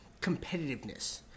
competitiveness